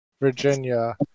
Virginia